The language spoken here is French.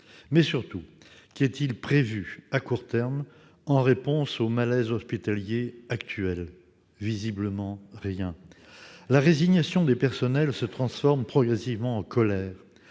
Mais, surtout, qu'est-il prévu à court terme en réponse au malaise hospitalier actuel ? Visiblement rien ! La résignation des personnels se transforme progressivement en colère,